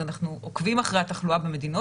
אנחנו עוקבים אחרי התחלואה במדינות,